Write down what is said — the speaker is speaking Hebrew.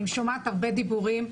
אני שומעת הרבה דיבורים,